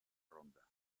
ronda